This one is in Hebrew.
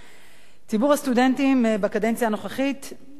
ציבור הסטודנטים בקדנציה הנוכחית נהנה משורה